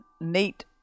neat